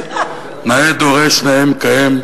אז נאה דורש נאה מקיים,